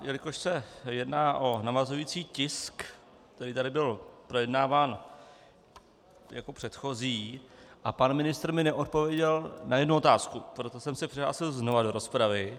Jelikož se jedná o navazující tisk, který tady byl projednáván jako předchozí, a pan ministr mi neodpověděl na jednu otázku, proto jsem se přihlásil znova do rozpravy.